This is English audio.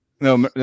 no